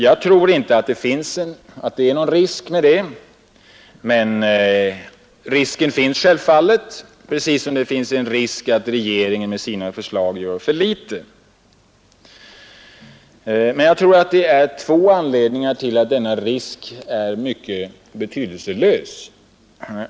Jag tror inte det, herr talman, men en risk finns självfallet precis som det finns en risk för att regeringen med sina förslag gör för litet. Det finns två anledningar till att denna första risk är mycket betydelselös.